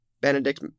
Benedict